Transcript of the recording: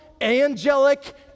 angelic